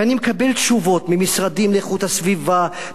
ואני מקבל תשובות ממשרדים לאיכות הסביבה,